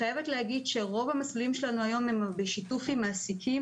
אני חייבת להגיד שרוב המסלולים שלנו היום הם בשיתוף עם מעסיקים,